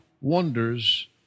wonders